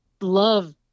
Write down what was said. love